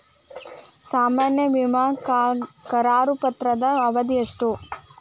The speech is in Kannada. ಸಾಮಾನ್ಯ ವಿಮಾ ಕರಾರು ಪತ್ರದ ಅವಧಿ ಎಷ್ಟ?